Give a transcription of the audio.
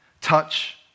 Touch